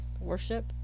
worship